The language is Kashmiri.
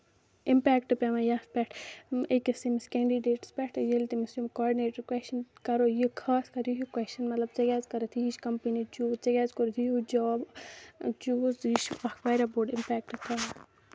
اِمپیکٹ پیٚوان یَتھ پٮ۪ٹھ أکِس أمِس کینڈِڈیٹَس پٮ۪ٹھ ییٚلہِ تٔمِس یِم کاڈنیٹر کوسچن کرو خاص کر یہِ ہیٚو کوسچن کرو کہِ ژےٚ کیازِ کٔرتھ یہِ ہِش کَمپٔنی چوٗز ژےٚ کیازِ کوٚرُتھ یِہِ ہیٚو جاب چوٗز یہِ چھُ اکھ واریاہ بوٚڑ اِمپیکٹ تراوان